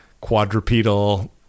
quadrupedal